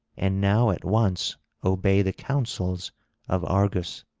and now at once obey the counsels of argus.